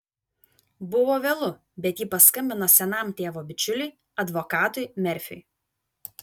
buvo vėlu bet ji paskambino senam tėvo bičiuliui advokatui merfiui